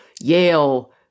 Yale